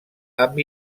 amb